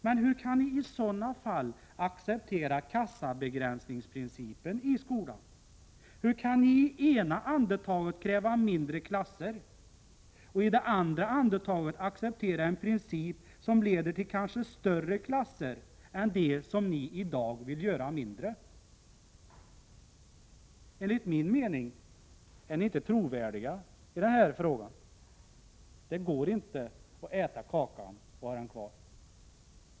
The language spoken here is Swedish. Men hur kan ni i sådana fall acceptera kassabegränsningsprincipen i skolan? Hur kan ni i det ena andetaget kräva mindre klasser och i det andra acceptera en princip som leder till kanske större klasser än dem som ni i dag vill göra mindre? Enligt min mening är ni inte trovärdiga i denna fråga. Det går inte att äta kakan och ha den kvar.